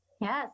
Yes